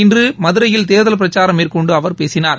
இன்று மதுரையில் தேர்தல் பிரச்சாரம் மேற்கொண்டு அவர் பேசினார்